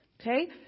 okay